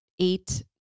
eight